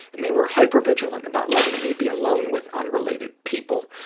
and they were hyper vigilant about letting me be alone with unrelated people.